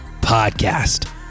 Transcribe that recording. podcast